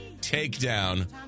takedown